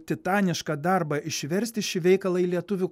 titanišką darbą išversti šį veikalą į lietuvių kalbą